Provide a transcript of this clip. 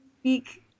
speak